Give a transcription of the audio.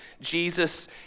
Jesus